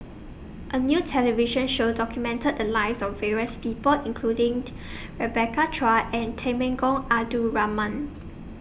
A New television Show documented The Lives of various People including Rebecca Chua and Temenggong Abdul Rahman